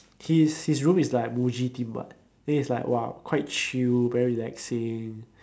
his his room is like Muji theme [what] then it's like !wah! quite chill very relaxing